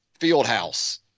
Fieldhouse